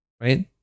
Right